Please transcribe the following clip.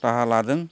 राहा लादों